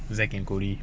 except angoli